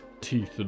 teeth